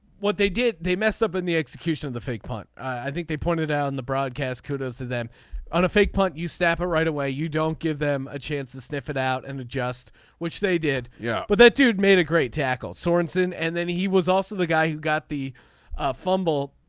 what they did they mess up in the execution of the fake punt. i think they pointed out in the broadcast kudos to them on a fake punt. you stop it ah right away you don't give them a chance to sniff it out and adjust which they did. yeah but that dude made a great tackle. sorenson. and then he was also the guy who got the fumble.